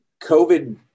COVID